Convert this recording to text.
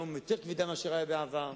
היום יותר כבדה מאשר בעבר,